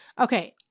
Okay